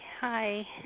Hi